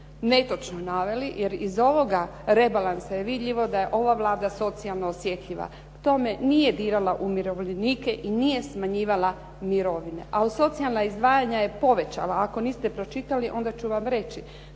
netočno naveli, jer iz ovoga rebalansa je vidljivo da je ova Vlada socijalno osjetljiva, k tome nije dirala umirovljenike i nije smanjivala mirovine. A socijalna izdvajanja je povećala ako niste pročitali onda ću vam reći